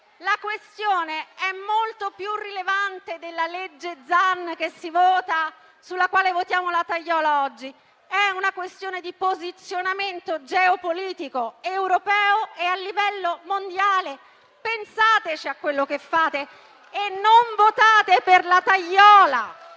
La questione è molto più rilevante del disegno di legge Zan su quale votiamo la tagliola oggi: è una questione di posizionamento geopolitico europeo e a livello mondiale. Pensate a quello che fate e non votate per la tagliola.